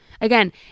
Again